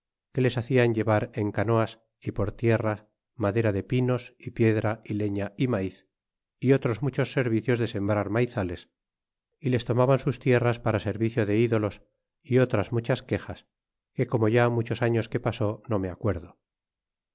que les hacian llevar en canoas é por tierra madera de pinos é piedra é leña é maiz otros muchos servicios de sembrar maizales é les tomaban sus tierras para servicio de ídolos é otras muchas quejas que como ya muchos años que pasó no me acuerdo